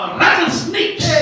rattlesnakes